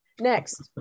Next